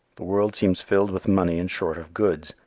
the world seems filled with money and short of goods,